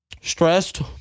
stressed